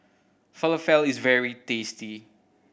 falafel is very tasty